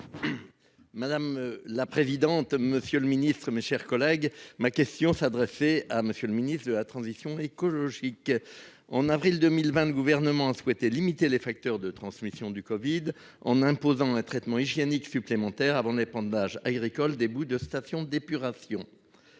Madame la présidente. Monsieur le Ministre, mes chers collègues, ma question s'adressait à Monsieur le Ministre de la Transition écologique. En avril 2020, le gouvernement a souhaité limiter les facteurs de transmission du Covid en imposant un traitement hygiénique supplémentaires avant d'épandage agricole des boues de stations d'épuration.